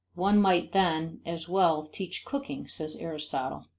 one might then as well teach cooking, says aristotle.